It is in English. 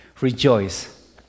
rejoice